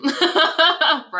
right